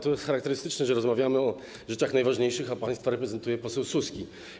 To jest charakterystyczne, że rozmawiamy o rzeczach najważniejszych, a państwa reprezentuje poseł Suski.